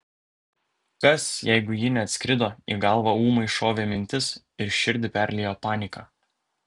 kas jeigu ji neatskrido į galvą ūmai šovė mintis ir širdį perliejo panika